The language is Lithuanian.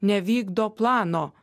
nevykdo plano